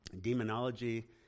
Demonology